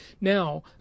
Now